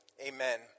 Amen